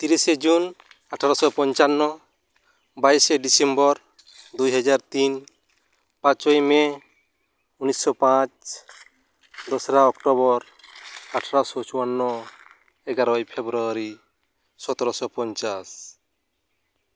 ᱛᱤᱨᱤᱥᱮ ᱡᱩᱱ ᱟᱴᱷᱮᱨᱚᱥᱚ ᱯᱚᱧᱪᱟᱱᱱᱚ ᱵᱟᱭᱤᱥᱮ ᱰᱤᱥᱮᱢᱵᱚᱨ ᱫᱩᱭ ᱦᱟᱡᱟᱨ ᱛᱤᱱ ᱯᱟᱪᱚᱭ ᱢᱮ ᱩᱱᱤᱥᱥᱚ ᱯᱟᱪ ᱫᱚᱥᱨᱟ ᱚᱠᱴᱚᱵᱚᱨ ᱟᱴᱷᱮᱨᱚᱥᱚ ᱪᱩᱣᱟᱱᱱᱚ ᱮᱜᱟᱨᱚᱭ ᱯᱷᱮᱵᱨᱩᱣᱟᱨᱤ ᱥᱚᱛᱮᱨᱚᱥᱚ ᱯᱚᱧᱪᱟᱥ